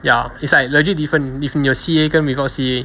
ya it's like legit different different 有 C_A 跟 without